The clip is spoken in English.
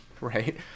Right